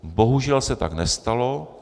Bohužel se tak nestalo.